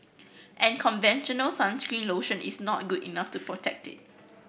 and conventional sunscreen lotion is not good enough to protect it